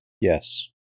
yes